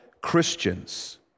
Christians